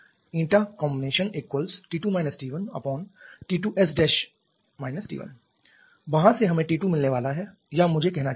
CombT2 T1T2s T1 वहां से हमें T2 मिलने वाला है या मुझे कहना चाहिए T2'